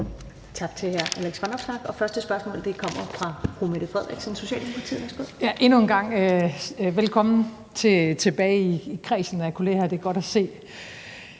Tak til hr. Alex Vanopslagh. Første spørgsmål kommer fra fru Mette Frederiksen,